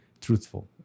truthful